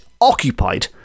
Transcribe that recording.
occupied